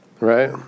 right